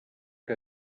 que